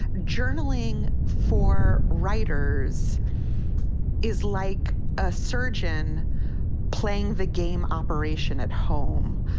journaling for writers is like a surgeon playing the game operation at home.